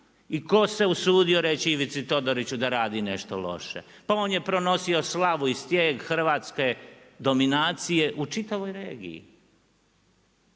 I tko se usudio Ivici Todoriću da radi nešto loše, pa on je pronosio slavu i stijeg hrvatske dominacije u čitavoj regiji.